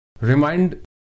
remind